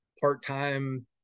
part-time